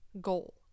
goal